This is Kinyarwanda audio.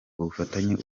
ubufatanye